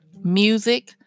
music